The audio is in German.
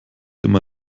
immer